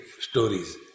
stories